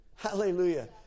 Hallelujah